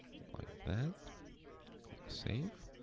like that click save,